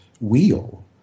wheel